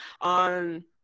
on